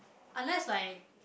unless like